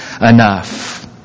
enough